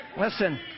Listen